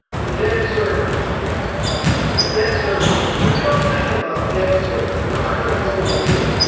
the debt service the debt service see we don't think about debt service and i'm not going to go over your head.